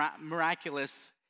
miraculous